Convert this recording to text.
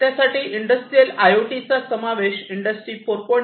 त्यासाठी industrial I O T चा समावेश इंडस्ट्रि 4